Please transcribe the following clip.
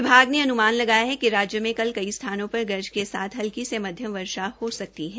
विभाग ने अन्यमन लगाया है कि राज्य में कल कई स्थानों पर गर्ज के साथ हल्की से मध्यम वर्षा हो सकती है